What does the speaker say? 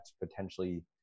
potentially